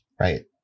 right